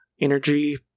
energy